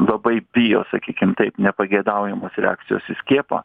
labai bijo sakykim taip nepageidaujamos reakcijos į skiepą